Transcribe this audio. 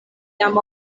jam